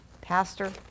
Pastor